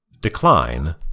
decline